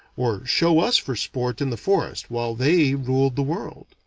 or show us for sport in the forest while they ruled the world.